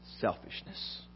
selfishness